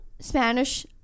spanish